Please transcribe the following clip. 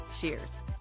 Cheers